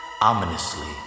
ominously